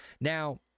now